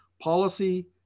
policy